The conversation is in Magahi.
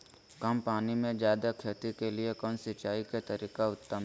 कम पानी में जयादे खेती के लिए कौन सिंचाई के तरीका उत्तम है?